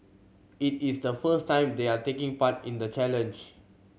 it is the first time they are taking part in the challenge